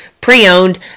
pre-owned